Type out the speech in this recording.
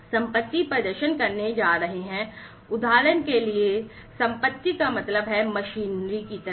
संपत्ति प्रदर्शन करने जा रहे हैं उदाहरण के लिए संपत्ति का मतलब है मशीनरी की तरह